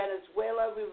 Venezuela